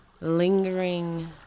lingering